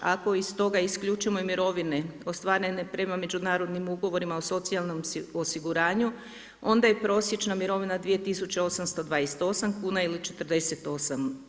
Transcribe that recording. Ako iz toga isključimo mirovine, ostvarene prema međunarodnim ugovorima o socijalnom osiguranju, onda je prosječna mirovina 2828 kn ili 48%